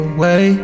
Away